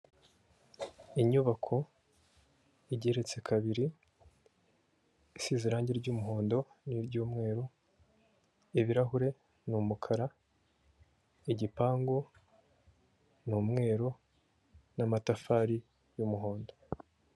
Inyubako igeretse kabiri isize irangi ry'umuhondo n'iry'umweru, ibirahure ni umukara, igipangu ni umweru n'amatafari y'umuhondo.